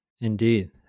Indeed